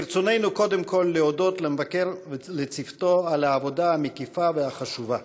ברצוננו קודם כול להודות למבקר ולצוותו על העבודה המקיפה והחשובה.